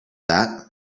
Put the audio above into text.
that